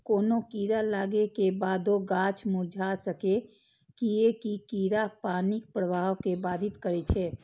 कोनो कीड़ा लागै के बादो गाछ मुरझा सकैए, कियैकि कीड़ा पानिक प्रवाह कें बाधित करै छै